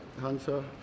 Hunter